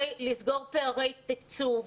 סגירת פערי תקצוב,